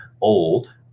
old